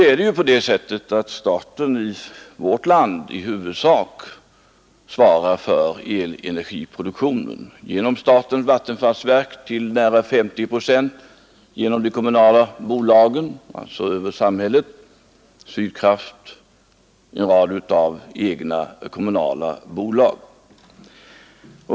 I vårt land svarar emelllertid samhället i huvudsak för elenergiproduktionen — genom statens vattenfallsverk, som svarar för nära 50 procent av produktionen, och genom Sydkraft och genom en rad kommunala bolag.